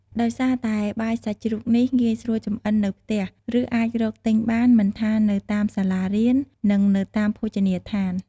ដោយសារតែបាយសាច់ជ្រូកនេះ ងាយស្រួលចម្អិននៅផ្ទះ ឬអាចរកទិញបានមិនថានៅតាមសាលារៀន និងនៅតាមភោជនីយដ្ឋាន។